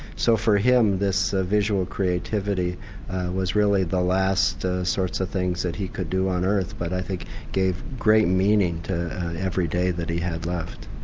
so for him this visual creativity was really the last sorts of things that he could do on earth but i think gave great meaning to every day that he had left.